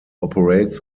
operates